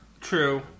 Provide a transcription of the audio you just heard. True